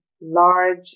large